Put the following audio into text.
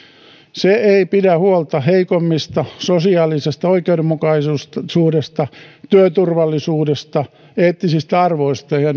se ei pidä huolta heikommista sosiaalisesta oikeudenmukaisuudesta työturvallisuudesta eettisistä arvoista ja